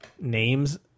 names